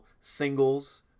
Singles